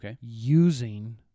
using